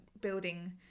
building